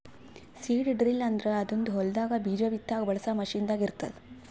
seed drill ಅಂದುರ್ ಅದೊಂದ್ ಹೊಲದಾಗ್ ಬೀಜ ಬಿತ್ತಾಗ್ ಬಳಸ ಮಷೀನ್ ದಾಗ್ ಇರ್ತ್ತುದ